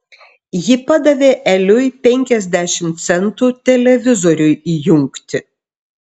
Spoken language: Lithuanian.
ji padavė eliui penkiasdešimt centų televizoriui įjungti